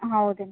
ಹೌದೇನು